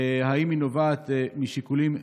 האם היא נובעת משיקולים ביטחוניים?